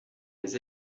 les